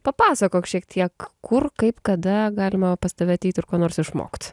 papasakok šiek tiek kur kaip kada galima pas tave ateit ir ko nors išmokt